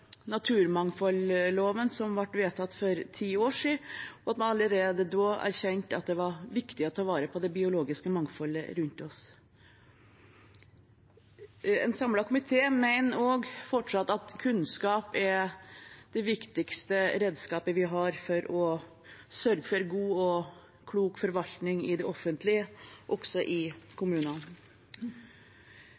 naturmangfoldloven, som ble vedtatt for ti år siden, og at man allerede da erkjente at det var viktig å ta vare på det biologiske mangfoldet rundt oss. En samlet komité mener også fortsatt at kunnskap er det viktigste redskapet vi har for å sørge for en god og klok forvaltning i det offentlige, også i